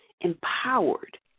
empowered